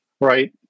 right